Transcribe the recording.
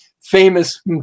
famous